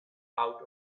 out